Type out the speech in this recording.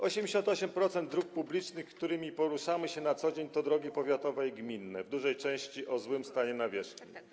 88% dróg publicznych, którymi poruszamy się na co dzień, to drogi powiatowe i gminne, w dużej części o złym stanie nawierzchni.